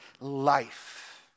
life